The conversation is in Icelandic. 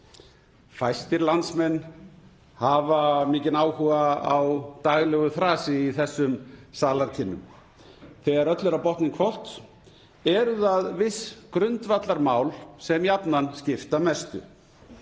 Fæstir landsmenn hafa mikinn áhuga á daglegu þrasi í þessum salarkynnum. Þegar öllu er á botninn hvolft eru það viss grundvallarmál sem jafnan skipta mestu.